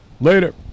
Later